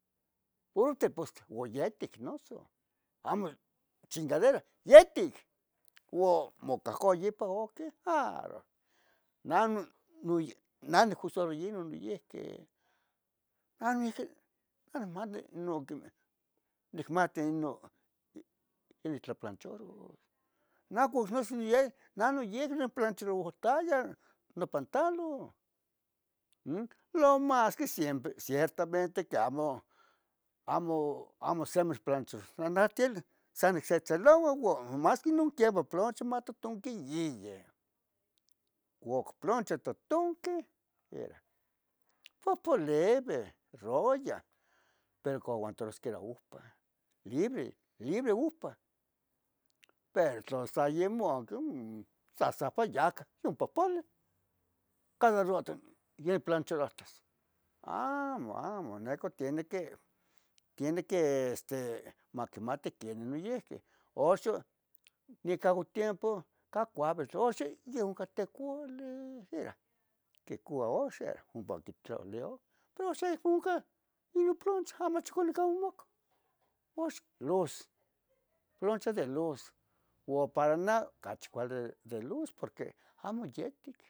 puro tepostle uan yetic noso, amo chingadera, yetic uan mocohcoua ipan oqueh aro, namo nale ne onigusaron inon noyihqui, noyihqui amo nimati noquemeh, nicmati inon ineh tlaplonchoros nah con noso nah noyihqui niploncharohtaya nopantalon, mm, lo mas que siempre cierta, ciertamanete amo, amo planchananhtieleh san nictzetzelouoa una nomas plancho matotonqui yiyeh cuc ploncho totonqui ira, popolivi royah, pero cuoantaro quiera umpa live, live quiera umpa, pero tla so yemanque mm, sa papayaca yompo poliv, cada rato yen plonchorontos, amo, amo neco tiene, este tiene que maquimati quen noyihqui. Oxon neco tiempo ica cuavitl oxi yi onca tecoli ira, quicoua oxe ompa quitlalia o pero oxon amo cah inon plonchoh a machcuali can omoca ax luz, plocho de luz uan para nah ocachi vali de luz porque amo yetic